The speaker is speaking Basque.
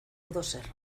edozer